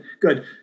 good